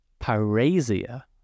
Parasia